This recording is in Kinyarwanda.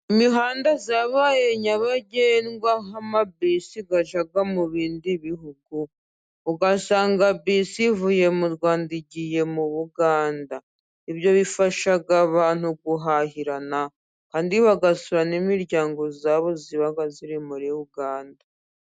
Imihanda yabaye nyabagendwa, aho amabisi ajya mu bindi bihugu, ugasanga bisi ivuye mu Rwanda igiye muri Uganda, ibyo bifasha abantu guhahirana, abandi bagasura n'imiryango yabo iba iri muri Uganda.